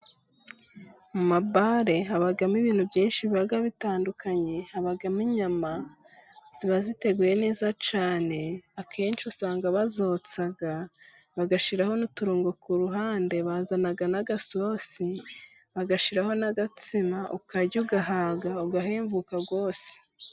Mu mabare habamo ibintu byinshi biba bitandukanye :habamo inyama ziba ziteguye neza cyane ,akenshi usanga bazotsa bagashyiraho n'uturungo ku ruhande, bazana n'agasosi, bagashyiraho n'agatsima ,ukarya ugahaga ,ugahembuka rwose.